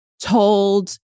told